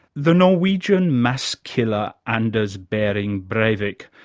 the norwegian mass killer anders bering breivik,